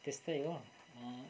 त्यस्तै हो